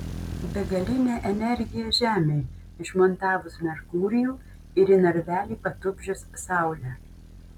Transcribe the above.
begalinė energija žemei išmontavus merkurijų ir į narvelį patupdžius saulę